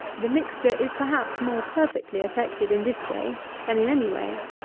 the mixture is, perhaps, more perfectly effected in this way than in any way.